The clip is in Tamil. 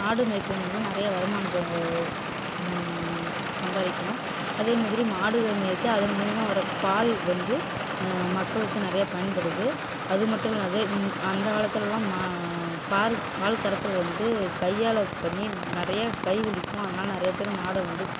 ஆடு மேய்த்தல் மூலிமா நிறையா வருமானக சம்பாதிக்கலாம் அதே மாதிரி மாடுகள் மேய்த்து அதன் மூலிமா வர பால் வந்து மக்களுக்கு நிறைய பயன்படுது அது மட்டும் இல்லாத அந்த காலத்துலேலாம் மா பால் பால் கறத்தல் வந்து கையால் பண்ணி நிறையா கை வலிக்கும் அதனால் நிறைய பேர் மாடை வந்து